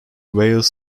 wales